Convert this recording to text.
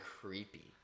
creepy